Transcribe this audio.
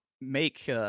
make